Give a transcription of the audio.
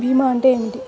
భీమా అంటే ఏమిటి?